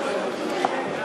(בזק